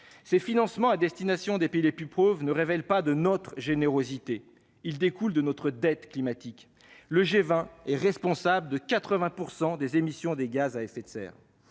Ces financements à destination des pays les plus pauvres ne relèvent pas de notre générosité, mais découlent de notre dette climatique : le G20 est responsable de 80 % des émissions des gaz à effet de serre.